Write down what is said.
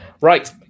right